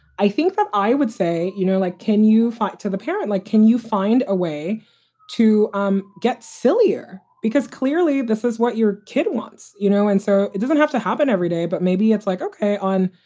i think that i would say, you know, like, can you fight to the parent? like, can you find a way to um get sillier? because clearly this is what your kid wants, you know, and so it doesn't have to happen every day. but maybe it's like, ok, on,